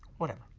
whatever,